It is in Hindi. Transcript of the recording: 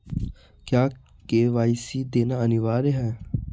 क्या के.वाई.सी देना अनिवार्य है?